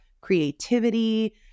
creativity